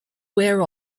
wear